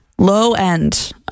Low-end